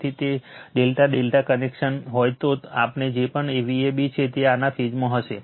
તેથી જો તે ∆∆∆ કનેક્શન હોય તો આ જે પણ Vab છે તે આના ફેઝમાં હશે